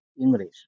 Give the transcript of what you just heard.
English